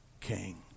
King